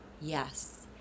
Yes